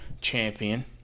Champion